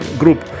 group